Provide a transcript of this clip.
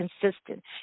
consistent